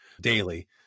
daily